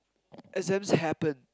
exams happen